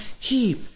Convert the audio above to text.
keep